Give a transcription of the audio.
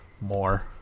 more